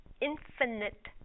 infinite